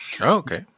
Okay